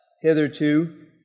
hitherto